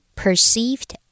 perceived